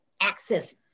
access